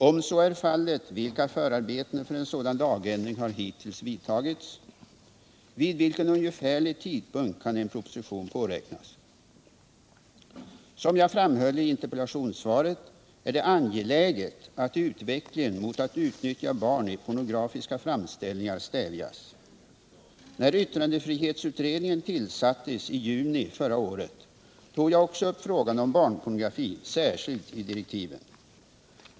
Om så är fallet, vilka förarbeten för en sådan lagändring har hittills vidtagits? Vid vilken ungefärlig tidpunkt kan en proposition påräknas? Som jag framhöll i interpellationssvaret är det angeläget att utvecklingen mot att utnyttja barn i pornografiska framställningar stävjas. När yttrandefrihetsutredningen tillsattes i juni förra året tog jag också upp frågan om barnpornografi särskilt i direktiven.